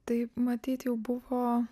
tai matyt jau buvo